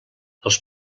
els